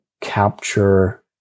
capture